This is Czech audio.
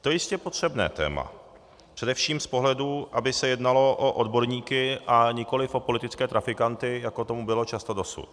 To je jistě potřebné téma především z pohledu, aby se jednalo o odborníky a nikoliv o politické trafikanty, jako tomu bylo často dosud.